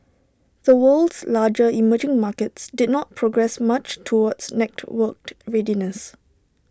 the world's larger emerging markets did not progress much towards networked readiness